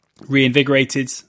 reinvigorated